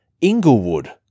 Inglewood